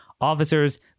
officers